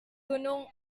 gunung